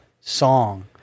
song